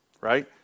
right